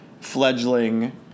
fledgling